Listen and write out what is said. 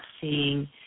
seeing